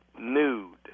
nude